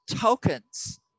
tokens